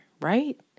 right